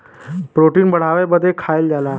protein बढ़ावे बदे खाएल जाला